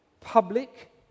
public